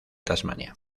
tasmania